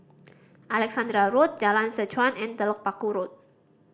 Alexandra Road Jalan Seh Chuan and Telok Paku Road